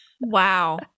wow